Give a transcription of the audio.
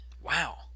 Wow